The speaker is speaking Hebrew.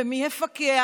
ומי יפקח?